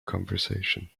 conversation